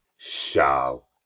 shall!